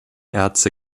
erze